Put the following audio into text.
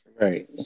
Right